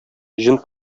җен